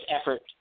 effort